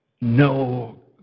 no